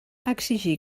exigir